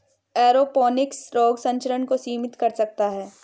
aeroponics रोग संचरण को सीमित कर सकता है